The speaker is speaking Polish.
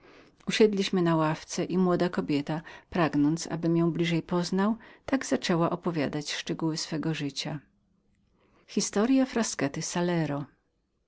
usiedliśmy na ławce i młoda kobieta pragnąc abym ją bliżej poznał tak zaczęła opowiadać szczegóły swego życia